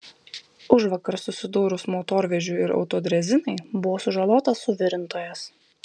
užvakar susidūrus motorvežiui ir autodrezinai buvo sužalotas suvirintojas